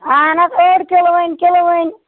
اَہَن حظ اوٚڈ کِلوہٕنۍ کِلؤہٕنۍ